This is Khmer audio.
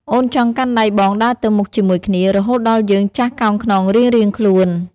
អូនចង់កាន់ដៃបងដើរទៅមុខជាមួយគ្នា រហូតដល់យើងចាស់កោងខ្នងរៀងៗខ្លួន។